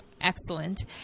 Excellent